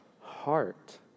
heart